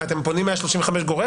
מה, אתם פונים 135 גורף?